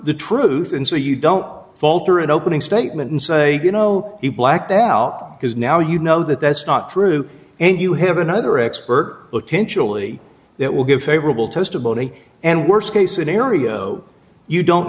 the truth and so you don't falter at opening statement and say you know he blacked out because now you know that that's not true and you have another expert potentially that will give favorable testimony and worst case scenario you don't